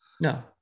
No